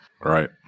right